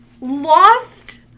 Lost